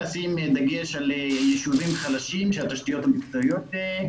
לשים דגש על יישובים חלשים שהתשתיות פחות טובות.